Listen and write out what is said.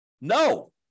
No